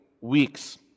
weeks